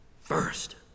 first